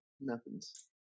nothing's